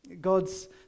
God's